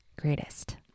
greatest